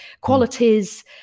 qualities